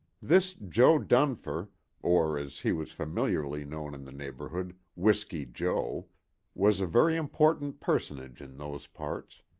this jo. dunfer or, as he was familiarly known in the neighborhood, whisky jo was a very important personage in those parts.